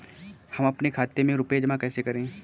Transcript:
हम अपने खाते में रुपए जमा कैसे करें?